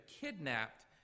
kidnapped